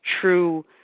true